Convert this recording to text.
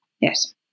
yes